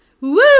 Woo